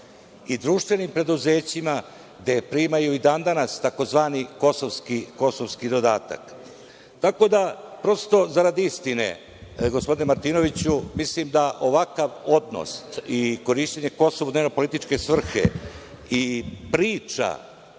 i društvenim preduzećima gde primaju i dan danas tzv. kosovski dodatak. Prosto, zarad istine, gospodine Martinoviću, mislim da ovakav odnos i korišćenje Kosova u dnevne političke svrhe i priča